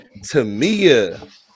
tamia